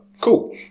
cool